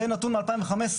זה נתון מ-2015,